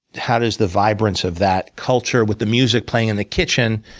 how does the vibrance of that culture, with the music playing in the kitchen,